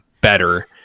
better